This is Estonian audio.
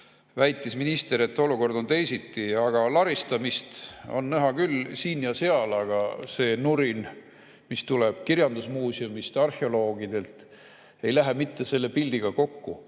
väitis, et olukord on teine. Laristamist on näha küll, siin ja seal, aga see nurin, mis tuleb kirjandusmuuseumist ja arheoloogidelt, ei lähe mitte selle pildiga kokku.